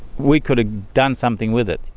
we could've done something with it.